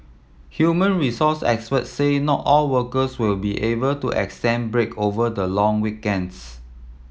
human resource experts said not all workers will be able to extended break over the long weekends